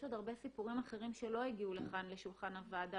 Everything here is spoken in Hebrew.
יש עוד הרבה סיפורים אחרים שלא הגיעו לכאן לשולחן הוועדה,